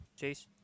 chase